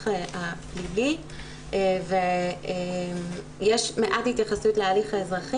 הפלילי ויש מעט התייחסות להליך האזרחי.